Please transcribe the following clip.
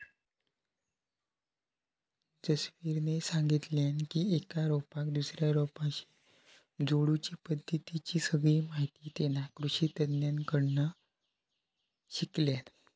जसवीरने सांगितल्यान की एका रोपाक दुसऱ्या रोपाशी जोडुची पद्धतीची सगळी माहिती तेना कृषि तज्ञांकडना शिकल्यान